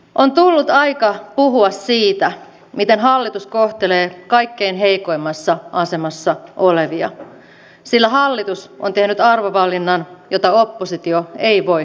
on tullut aika puhua siitä miten hallitus kohtelee kaikkein heikoimmassa asemassa olevia sillä hallitus on tehnyt arvovalinnan jota oppositio ei voi hyväksyä